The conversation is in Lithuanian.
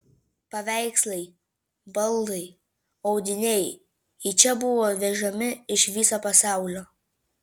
paveikslai baldai audiniai į čia buvo vežami iš viso pasaulio